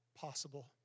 possible